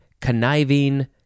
Conniving